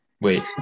Wait